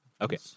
Okay